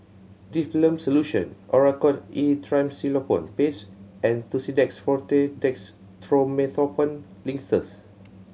Difflam Solution Oracort E Triamcinolone Paste and Tussidex Forte Dextromethorphan Linctus